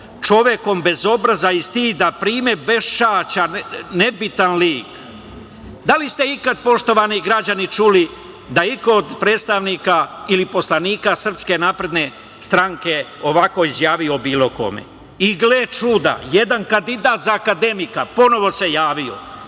čovekom bez obraza i stida, primer beščašća, nebitan lik. Da li ste ikada, poštovani građani čuli, da iko od predstavnika ili poslanika SNS ovako izjavio o bilo kome i gle čuda, jedan kandidat za akademika ponovo se javio,